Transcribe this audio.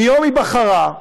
מיום היבחרה,